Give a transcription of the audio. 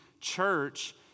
church